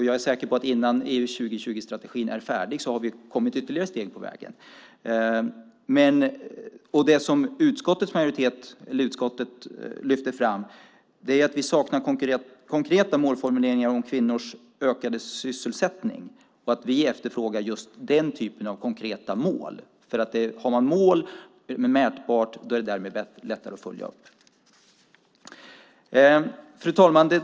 Jag är säker på att innan EU 2020-strategin är färdig har vi tagit ytterligare steg på vägen. Utskottet lyfter fram att vi saknar konkreta målformuleringar om kvinnors ökade sysselsättning. Vi efterfrågar just den typen av konkreta mål. Om man har mätbara mål är de också lättare att följa upp.